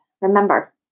remember